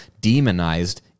demonized